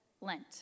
Lent